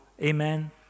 Amen